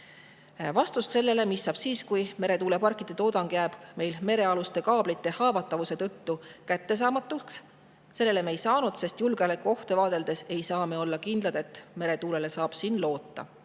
Vastust sellele, mis saab siis, kui meretuuleparkide toodang jääb meil merealuste kaablite haavatavuse tõttu kättesaamatuks, me ei saanud. Aga julgeolekuohte vaadeldes ei saa me olla kindlad, et meretuulele saab siin loota.